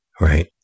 Right